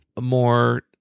more